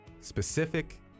specific